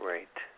Right